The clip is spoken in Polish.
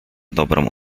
dobrą